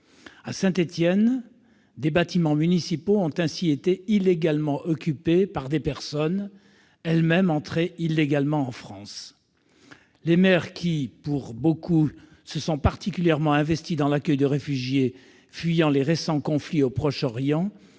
À Saint-Étienne, des bâtiments municipaux ont ainsi été illégalement occupés par des personnes elles-mêmes entrées illégalement en France. Les maires, dont beaucoup se sont particulièrement investis dans l'accueil de réfugiés fuyant les récents conflits au Proche-Orient,